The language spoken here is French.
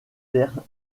terres